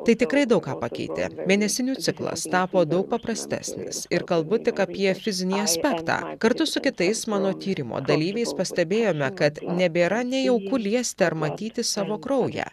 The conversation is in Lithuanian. tai tikrai daug ką pakeitė mėnesinių ciklas tapo daug paprastesnis ir kalbu tik apie fizinį aspektą kartu su kitais mano tyrimo dalyviais pastebėjome kad nebėra nejauku liesti ar matyti savo kraują